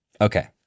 okay